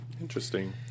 Interesting